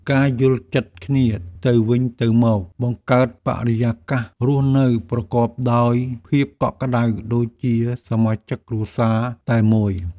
ការយល់ចិត្តគ្នាទៅវិញទៅមកបង្កើតបរិយាកាសរស់នៅប្រកបដោយភាពកក់ក្តៅដូចជាសមាជិកគ្រួសារតែមួយ។